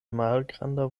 malgranda